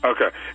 Okay